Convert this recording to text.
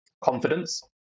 confidence